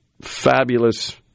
fabulous